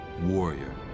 Warrior